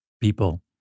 people